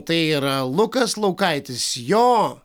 tai yra lukas laukaitis jo